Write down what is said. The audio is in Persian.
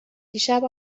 دیشب